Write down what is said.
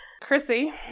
chrissy